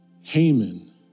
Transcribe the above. Haman